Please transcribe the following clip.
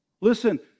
Listen